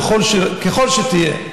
ככל שתהיה,